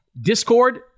discord